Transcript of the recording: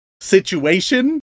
situation